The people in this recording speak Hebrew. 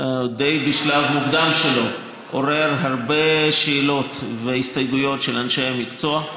עורר בשלב די מוקדם שלו הרבה שאלות והסתייגויות של אנשי המקצוע,